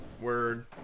Word